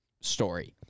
story